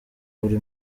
buri